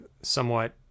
somewhat